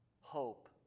hope